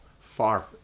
far